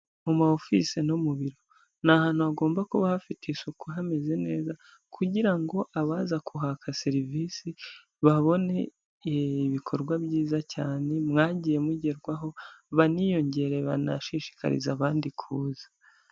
Mu ma ofise no mu biro, ni ahantu hagomba kuba hafite isuku, hameze neza, kugira ngo abaza kuhaka serivisi, babone ibikorwa byiza cyane, mwagiye mugeraho, baniyongere, banashishikarize abandi kuza.